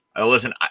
Listen